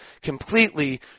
completely